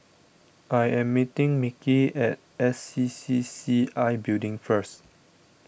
I am meeting Mickey at S C C C I Building first